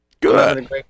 good